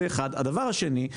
הדבר השני,